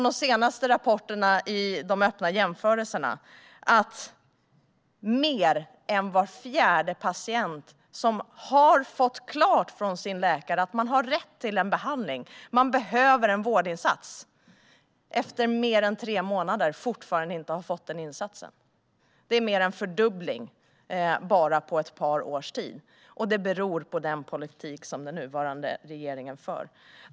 De senaste rapporterna om de öppna jämförelserna visar att mer än var fjärde patient som av sin läkare fått veta att man har rätt till behandling och behöver en vårdinsats fortfarande inte har fått den insatsen efter tre månader. Det är mer än en fördubbling på bara ett par år, och det beror på den politik som den nuvarande regeringen för.